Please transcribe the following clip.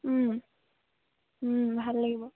ভাল লাগিব